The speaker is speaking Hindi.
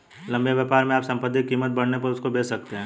लंबे व्यापार में आप संपत्ति की कीमत बढ़ने पर उसको बेच सकते हो